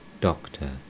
Doctor